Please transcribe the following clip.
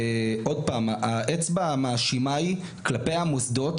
והאצבע המאשימה היא כלפי המוסדות,